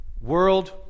world